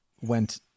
went